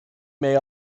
may